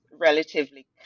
relatively